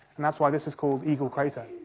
and that's why this is called eagle crater.